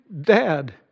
dad